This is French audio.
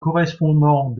correspondant